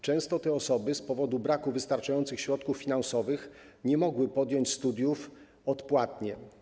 Często te osoby z powodu braku wystarczających środków finansowych nie mogą podjąć studiów odpłatnie.